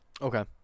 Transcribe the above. okay